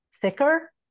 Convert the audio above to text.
thicker